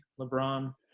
lebron